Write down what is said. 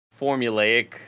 formulaic